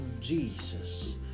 Jesus